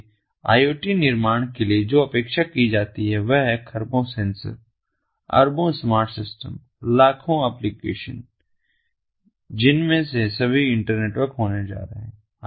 इसलिए IoT के निर्माण के लिए जो अपेक्षा की जाती है वह है खरबों सेंसर अरबों स्मार्ट सिस्टम लाखों एप्लिकेशन जिनमें से सभी इंटरनेटवर्क होने जा रहे हैं